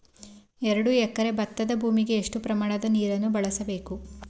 ಎರಡು ಎಕರೆ ಭತ್ತದ ಭೂಮಿಗೆ ಎಷ್ಟು ಪ್ರಮಾಣದ ನೀರನ್ನು ಬಳಸಬೇಕು?